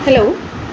hello